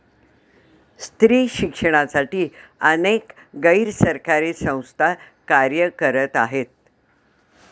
स्त्री शिक्षणासाठी अनेक गैर सरकारी संस्था कार्य करत आहेत